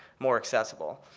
more accessible?